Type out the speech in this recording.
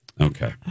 Okay